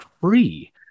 free